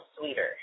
sweeter